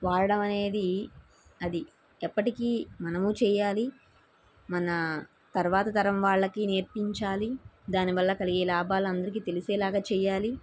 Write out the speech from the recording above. వాడడం అనేది అది ఎప్పటికీ మనము చెయ్యాలి మన తరువాత తరం వాళ్ళకి నేర్పించాలి దానివల్ల కలిగే లాభాలు అందరికీ తెలిసేలాగా చెయ్యాలి